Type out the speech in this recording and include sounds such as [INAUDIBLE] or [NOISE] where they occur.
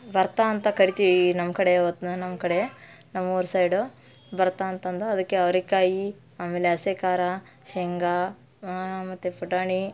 ಬರ್ತಾ ಅಂತ ಕರಿತೀವಿ ಈ ನಮ್ಮ ಕಡೆ [UNINTELLIGIBLE] ನಮ್ಮ ಕಡೆ ನಮ್ಮೂರ ಸೈಡು ಬರ್ತಾ ಅಂತಂದು ಅದಕ್ಕೆ ಅವರೆಕಾಯಿ ಆಮೇಲೆ ಹಸಿ ಖಾರ ಶೇಂಗಾ ಮತ್ತು ಪುಟಾಣಿ